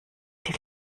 die